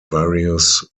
various